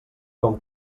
com